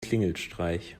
klingelstreich